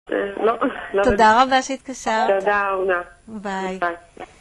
תודה רבה שהתקשרת. תודה רבה. ביי.